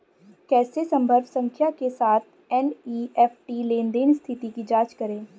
कैसे संदर्भ संख्या के साथ एन.ई.एफ.टी लेनदेन स्थिति की जांच करें?